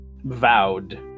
vowed